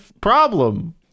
problem